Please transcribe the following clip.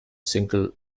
single